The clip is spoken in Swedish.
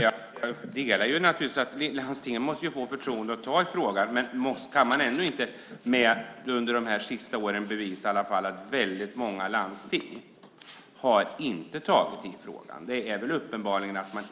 Fru talman! Jag instämmer förstås i att landstingen måste få förtroende att ta tag i frågan. Men man kan väl ändå under de senaste åren se att väldigt många landsting inte har tagit tag i den? Det är väl uppenbart.